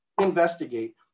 investigate